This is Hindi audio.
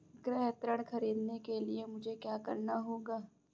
गृह ऋण ख़रीदने के लिए मुझे क्या करना होगा?